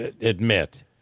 admit